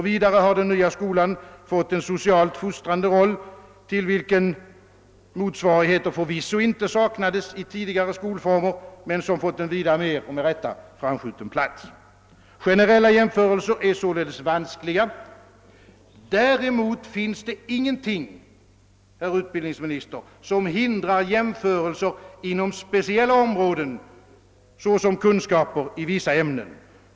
Vidare har den nya skolan fått en socialt fostrande roll, till vilken motsvarigheter förvisso inte saknades i tidigare skolformer men som fått en vida mer — och med rätta — framskjuten plats. Generella jämförelser är «således vanskliga. Däremot finns det ingenting, herr utbildningsminister, som hindrar jämförelser inom speciella områden, såsom kunskaper i vissa ämnen.